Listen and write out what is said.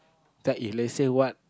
that if let's say what